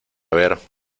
ver